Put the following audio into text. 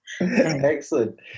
Excellent